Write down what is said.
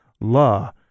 La